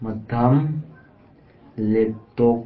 ꯃꯇꯝ ꯂꯦꯞꯊꯣꯛ